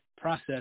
process